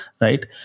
right